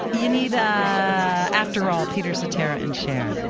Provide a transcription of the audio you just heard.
you need, ah ah after all, peter satara and cher.